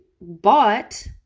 bought